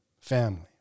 family